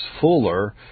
Fuller